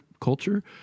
culture